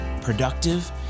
productive